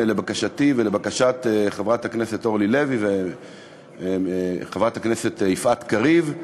לבקשתי ולבקשת חברת הכנסת אורלי לוי וחברת הכנסת יפעת קריב,